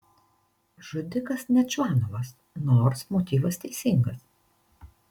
žudikas ne čvanovas nors motyvas teisingas